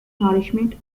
nourishment